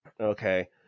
Okay